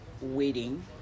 waiting